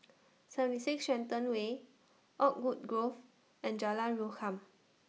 seventy six Shenton Way Oakwood Grove and Jalan Rukam